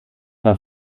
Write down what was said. war